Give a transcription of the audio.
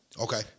Okay